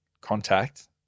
contact